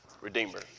Redeemer